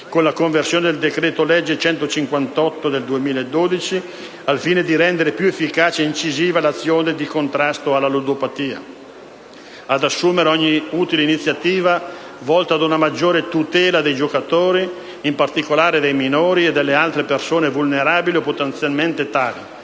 con la conversione del decreto-legge n. 158 del 2012, al fine di rendere più efficace e incisiva l'azione di contrasto alla ludopatia; 2) ad assumere ogni utile iniziativa volta ad una maggiore tutela dei giocatori, in particolare dei minori e delle altre persone vulnerabili o potenzialmente tali,